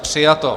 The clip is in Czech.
Přijato.